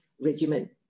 regimen